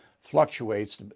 Fluctuates